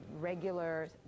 regular